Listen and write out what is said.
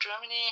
Germany